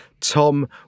Tom